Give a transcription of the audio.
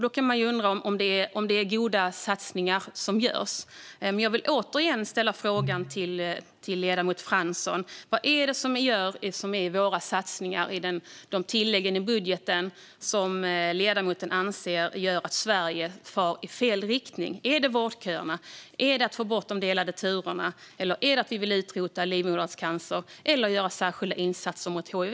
Då kan man ju undra om det är goda satsningar som görs. Jag vill återigen fråga ledamoten Fransson: Vad i våra satsningar i tillläggen i budgeten är det som ledamoten anser gör att Sverige far i fel riktning? Är det vårdköerna? Är det att få bort de delade turerna? Är det att vi vill utrota livmoderhalscancer och göra särskilda insatser mot hiv?